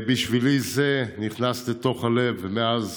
בשבילי זה נכנס לתוך הלב, ומאז